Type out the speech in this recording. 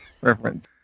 reference